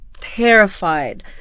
terrified